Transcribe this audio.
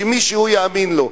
שמישהו יאמין לו.